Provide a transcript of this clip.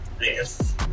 Yes